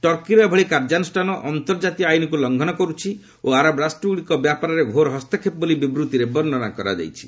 ଟର୍କୀର ଏଭଳି କାର୍ଯ୍ୟାନୁଷ୍ଠାନ ଅର୍ନ୍ତଜାତୀୟ ଆଇନକୁ ଲଂଘନ କରୁଛି ଓ ଆରବ ରାଷ୍ଟ୍ରଗୁଡିକ ବ୍ୟାପରରେ ଘୋର ହସ୍ତକ୍ଷେପ ବୋଲି ବିବୃତ୍ତିରେ ବର୍ଷନା କରାଯାଇଛି